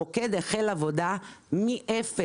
המוקד החל עבודה מאפס.